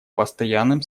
постоянным